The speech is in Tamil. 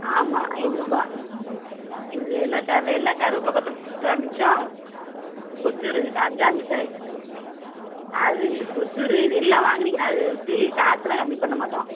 ஆமாம் ஐந்நூறு ரூபா இது என்னக்கதை வேணுன்னால் கருவேப்பிலை கொத்தமல்லி தரவா மிச்சம் கொசுறு அதுதான் அது இது கொசுறு இது எல்லாம் வாங்கினீங்கன்னா அது ப்ரீ காசெலாம் கம்மி பண்ண மாட்டோம்